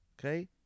Okay